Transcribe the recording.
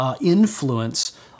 influence